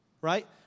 Right